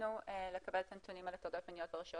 שרצינו לקבל את הנתונים על הטרדות מיניות ברשויות